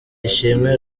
ishimwe